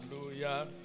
Hallelujah